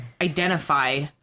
identify